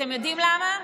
אתם יודעים למה?